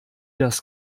das